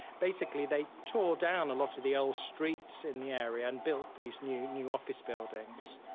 basically they tore down a lot of the old streets in the area and built these new new office buildings.